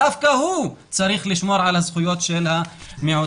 דווקא הוא צריך לשמור על הזכויות של המיעוטים,